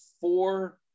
four